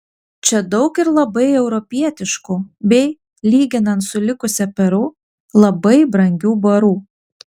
čia daug ir labai europietiškų bei lyginant su likusia peru labai brangių barų